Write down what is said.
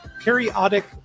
periodic